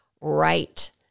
right